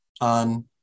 on